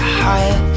higher